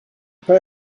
pay